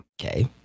Okay